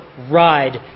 ride